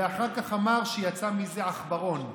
ואחר כך אמר שיצא מזה עכברון,